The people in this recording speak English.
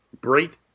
Bright